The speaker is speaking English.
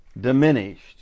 diminished